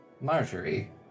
Marjorie